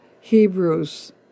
Hebrews